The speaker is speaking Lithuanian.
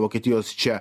vokietijos čia